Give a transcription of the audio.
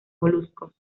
moluscos